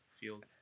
field